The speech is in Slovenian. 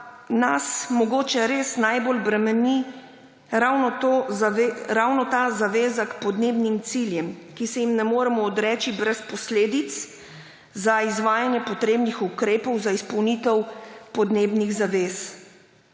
nas mogoče res najbolj bremeni ravno ta zaveza k podnebnim ciljem, ki se jim ne moremo odreči brez posledic za izvajanje potrebnih ukrepov za izpolnitev podnebnih zavez.